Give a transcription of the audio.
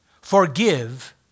forgive